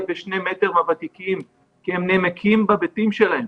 בשני מטרים מהוותיקים כי הם נמקים בבית שלהם